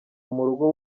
murugo